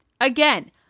Again